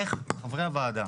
איך חברי הוועדה,